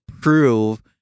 prove